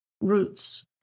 roots